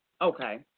Okay